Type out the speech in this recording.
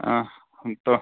हाँ हम तो